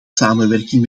samenwerking